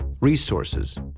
resources